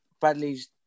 Bradley's